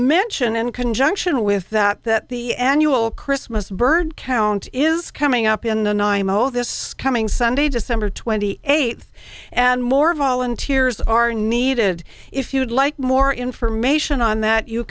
mention in conjunction with that that the annual christmas bird count is coming up in the ny mo this coming sunday december twenty eighth and more volunteers are needed if you'd like more information on that you